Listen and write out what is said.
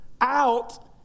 out